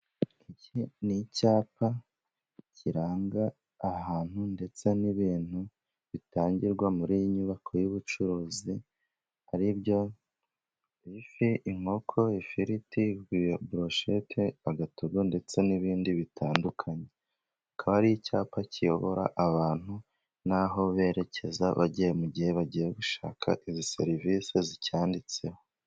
Iki ni icyapa kiranga ahantu ndetse n'ibintu bitangirwa muri iyi nyubako y'ubucuruzi, ari byo ifi, inkoko, ifiriti, buroshete, agatogo ndetse n'ibindi bitandukanye. kikaba ari icyapa kiyobora abantu n'aho berekeza bagiye, mu gihe bagiye gushaka izi serivisi z'icyanditseho.